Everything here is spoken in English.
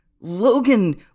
Logan